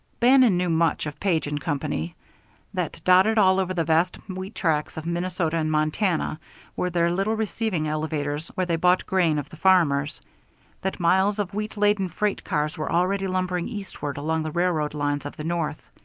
bannon knew much of page and company that dotted all over the vast wheat tracts of minnesota and montana were their little receiving elevators where they bought grain of the farmers that miles of wheat-laden freight cars were already lumbering eastward along the railroad lines of the north.